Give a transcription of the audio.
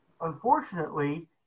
Unfortunately